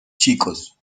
chicos